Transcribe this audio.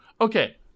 Okay